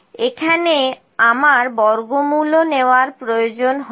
এখানে আমার বর্গমূলও নেবার প্রয়োজন হবে